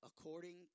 according